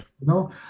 no